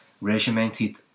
regimented